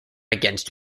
against